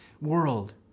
world